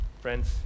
Friends